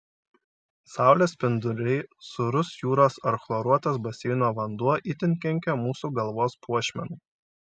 saulės spinduliai sūrus jūros ar chloruotas baseino vanduo itin kenkia mūsų galvos puošmenai